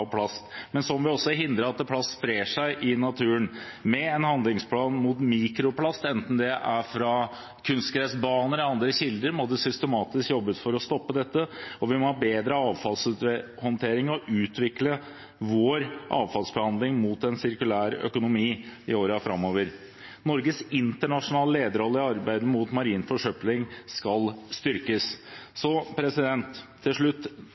av plast. Men så må vi også hindre at plast sprer seg i naturen. Med en handlingsplan mot mikroplast, enten det er fra kunstgressbaner eller andre kilder, må det systematisk jobbes for å stoppe dette. Vi må ha bedre avfallshåndtering og utvikle vår avfallsbehandling mot en sirkulær økonomi i årene framover. Norges internasjonale lederrolle i arbeidet mot marin forsøpling skal styrkes. Så til slutt